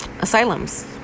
asylums